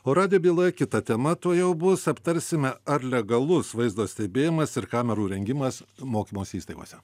o radijo byloje kita tema tuojau bus aptarsime ar legalus vaizdo stebėjimas ir kamerų įrengimas mokymosi įstaigose